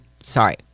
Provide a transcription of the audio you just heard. Sorry